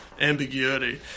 Ambiguity